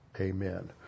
Amen